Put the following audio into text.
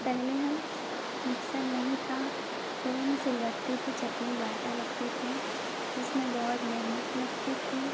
पहले हम मिक्सर नहीं था जब हम सिलबट्टे पे चटनी बांटा करते थे जिस में बहुत मेहनत लगती थी